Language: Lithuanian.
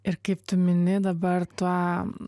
ir kaip tu mini dabar tą